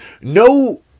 no